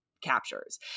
captures